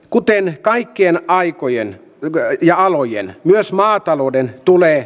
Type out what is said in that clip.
kuten kaikkien aikojen lämpöä ja alojen myös maatalouden tulee